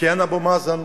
בשאלה כן אבו מאזן,